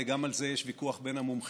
הרי גם על זה יש ויכוח בין המומחים.